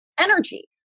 energy